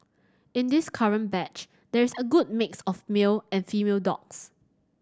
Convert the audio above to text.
in this current batch there is a good mix of male and female dogs